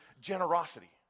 generosity